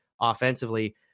offensively